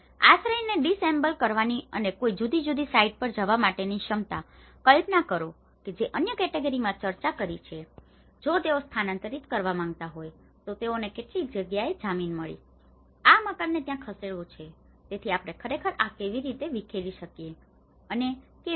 આશ્રયને disassemble કરવાની અને કોઈ જુદી જુદી સાઇટ પર જવા માટેની ક્ષમતા કલ્પના કરો કે જે અન્ય કેટેગરીમાં ચર્ચા કરી કે જો તેઓ સ્થાનાંતરિત કરવા માંગતા હોય તો તેઓને કેટલીક જગ્યાએ જમીન મળી આ મકાનને ત્યાં ખસેડવું છે તેથી આપણે ખરેખર આ કેવી રીતે વિખેરી શકીએ અને કેવી રીતે